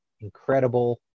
incredible